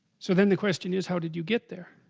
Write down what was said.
so then the question is how did you get there,